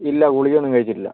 ഇല്ല ഗുളികയൊന്നും കഴിച്ചിട്ടില്ല